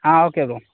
okay bro